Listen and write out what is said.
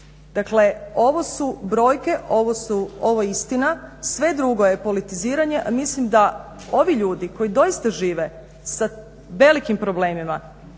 Dakle, ovo su brojke, ovo je istina sve drugo je politiziranje. Mislim da ovi ljudi koji doista žive sa velikim problemima